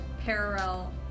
parallel